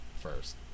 first